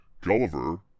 Gulliver